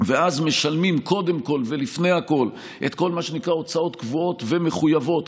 ואז משלמים קודם כול ולפני הכול את כל מה שנקרא הוצאות קבועות ומחויבות,